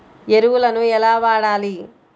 ఎరువులను ఎలా వాడాలి?